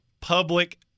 public